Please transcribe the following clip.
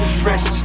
fresh